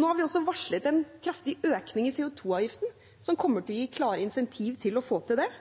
Nå har vi også varslet en kraftig økning i CO 2 -avgiften som kommer til å gi klare insentiv til å få det til.